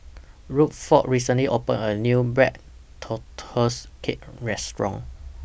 Rutherford recently opened A New Black Tortoise Cake Restaurant